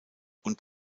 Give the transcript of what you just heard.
und